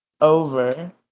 Over